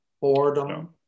boredom